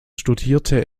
studierte